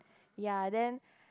ya then